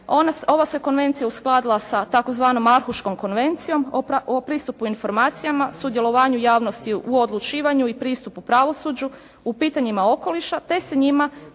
ova se konvencija uskladila sa tzv. Mahuškom konvencijom o pristupu informacijama, sudjelovanju javnosti u odlučivanju i pristupu pravosuđu u pitanjima okoliša te se njima